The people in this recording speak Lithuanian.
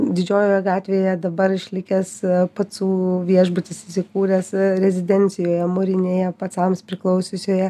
didžiojoje gatvėje dabar išlikęs pacų viešbutis įsikūręs rezidencijoje mūrinėje pacams priklausiusioje